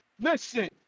Listen